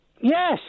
Yes